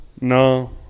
No